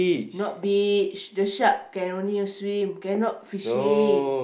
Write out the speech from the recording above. not beach the shark can only swim cannot fishing